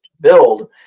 build